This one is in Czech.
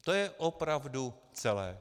To je opravdu celé.